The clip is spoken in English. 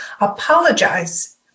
apologize